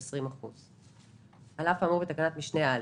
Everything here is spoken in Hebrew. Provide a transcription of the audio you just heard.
20%. (ב) על אף האמור בתקנת משנה (א),